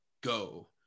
go